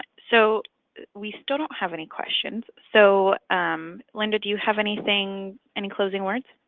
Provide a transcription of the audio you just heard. so we still don't have any questions, so linda do you have anything any closing words?